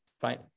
fine